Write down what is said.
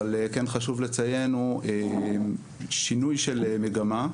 אבל כן חשוב לציין, הוא שינוי של מגמה,